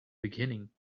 beginning